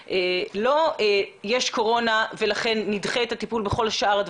עזבתי את עבודתי ואני מקדישה את כל חיי מאז